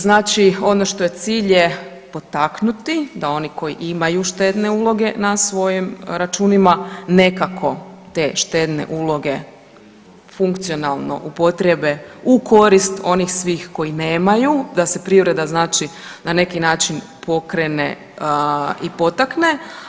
Znači ono što je cilj je potaknuti da oni koji imaju štedne uloge na svojim računima nekako te štedne uloge funkcionalno upotrijebe u korist onih svih koji nemaju, da se privreda znači na neki način pokrene i potakne.